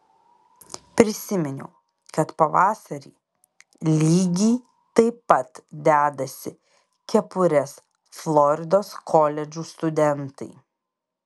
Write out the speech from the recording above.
prisiminiau kad pavasarį lygiai taip pat dedasi kepures floridos koledžų studentai